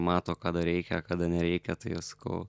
mato kada reikia kada nereikia tai jo sakau